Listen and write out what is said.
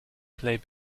play